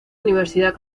universidad